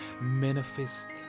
manifest